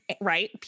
Right